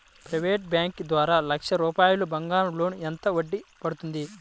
Private bank ద్వారా లక్ష రూపాయలు బంగారం లోన్ ఎంత వడ్డీ పడుతుంది?